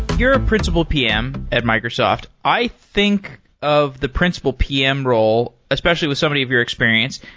you're a principal pm at microsoft. i think of the principal pm role, especially with somebody of your experience,